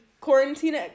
Quarantine